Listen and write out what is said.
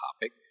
topic